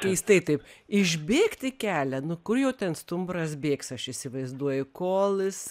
keistai taip išbėgt į kelią nuo kur jau ten stumbras bėgs aš įsivaizduoju kol jis